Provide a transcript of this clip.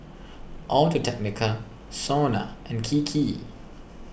Audio Technica Sona and Kiki